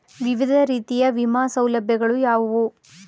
ವಿವಿಧ ರೀತಿಯ ವಿಮಾ ಸೌಲಭ್ಯಗಳು ಯಾವುವು?